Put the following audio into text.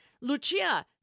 Lucia